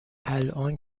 الان